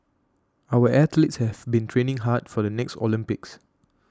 our athletes have been training hard for the next Olympics